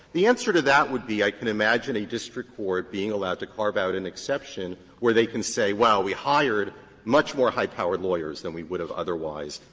the answer to that would be, i can imagine a district court being allowed to carve out an exception where they can say, well, we hired much more high-powered lawyers than we would have otherwise,